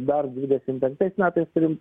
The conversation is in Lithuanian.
dar dvidešim penktais metais turim